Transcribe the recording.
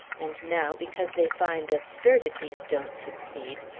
and now, because they find absurdities don't succeed,